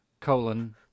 colon